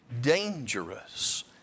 dangerous